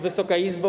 Wysoka Izbo!